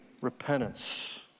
repentance